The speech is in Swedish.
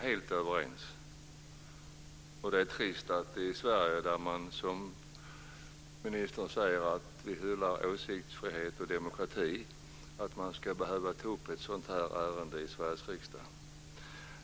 Det är trist att man i Sverige, där vi som ministern säger hyllar åsiktsfrihet och demokrati, ska behöva ta upp ett sådant här ärende i riksdagen.